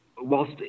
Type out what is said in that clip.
Whilst